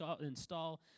install